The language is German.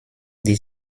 die